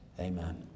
Amen